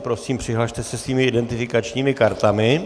Prosím, přihlaste se svými identifikačními kartami.